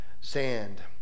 sand